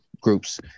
groups